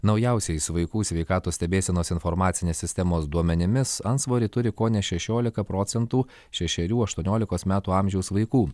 naujausiais vaikų sveikatos stebėsenos informacinės sistemos duomenimis antsvorį turi kone šešiolika procentų šešerių aštuoniolikos metų amžiaus vaikų